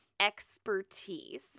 expertise